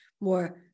more